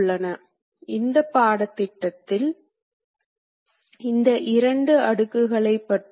ஏனெனில் நாம் அதன் மேல் ஒரு துளையை எந்த இடத்தில் வேண்டுமானாலும் போட விரும்பலாம்